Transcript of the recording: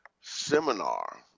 seminar